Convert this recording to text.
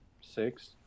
six